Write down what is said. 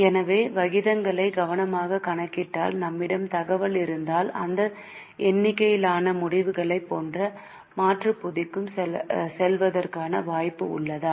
எனவே விகிதங்களை கவனமாகக் கணக்கிட்டால் நம்மிடம் தகவல் இருந்தால் அந்த எண்ணிக்கையிலான முடிவுகளைப் போன்ற மாற்றுப் பொதிக்குச் செல்வதற்கான வாய்ப்பு உள்ளதா